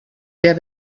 der